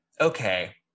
Okay